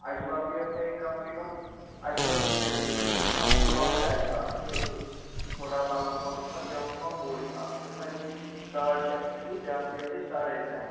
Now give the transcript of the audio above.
اجوا پیٚیَو تۄہہِ کم سے کم اجواہَس تہِ چھِ اسہِ زٕ قٕسم اکھ چھِ لۄکُٹ اجوا اتھ چھُو سُہ تھوڑا لۄکُٹ پہَم یِوان بیاکھ چھِ یوان بوٚڑ اکھ چھِ گَژھان یہٕے ساڑ شےٚ ہَتھ کِلوٗ بیاکھ پیٚیَو تۄہہِ ساڑَے ترٛےٚ ہَتھ